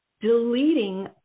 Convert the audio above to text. Deleting